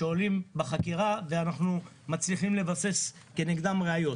שעולים בחקירה ואנחנו מצליחים לבסס נגדם ראיות.